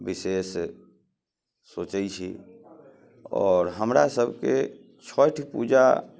विशेष सोचै छी आओर हमरा सबके छठि पूजा